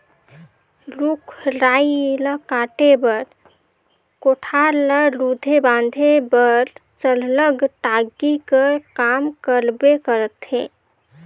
रूख राई ल काटे बर, कोठार ल रूधे बांधे बर सरलग टागी कर काम परबे करथे